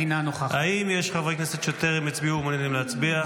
אינה נוכחת האם יש חברי כנסת שטרם הצביעו ומעוניינים להצביע?